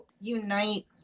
unite